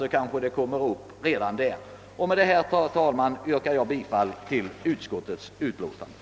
Med dessa ord, herr talman, ber jag att få yrka bifall till utskottets hemställan.